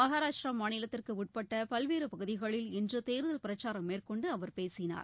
மகாராஷ்டிரா மாநிலத்திற்கு உட்பட்ட பல்வேறு பகுதிகளில் இன்று தேர்தல் பிரச்சாரம் மேற்கொண்டு அவர் பேசினார்